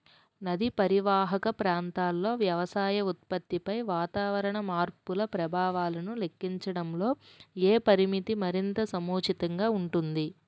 నదీ పరీవాహక ప్రాంతంలో వ్యవసాయ ఉత్పత్తిపై వాతావరణ మార్పుల ప్రభావాలను లెక్కించడంలో ఏ పరామితి మరింత సముచితంగా ఉంటుంది?